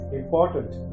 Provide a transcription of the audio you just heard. important